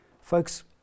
Folks